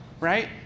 right